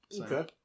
Okay